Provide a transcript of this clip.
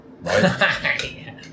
right